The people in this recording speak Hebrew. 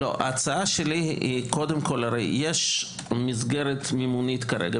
יש מסגרת מימונית כרגע.